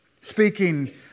Speaking